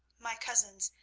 my cousins,